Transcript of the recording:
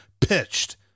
pitched